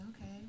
Okay